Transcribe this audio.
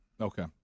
Okay